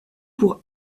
pour